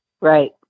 Right